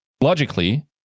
logically